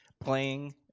playing